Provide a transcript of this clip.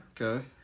Okay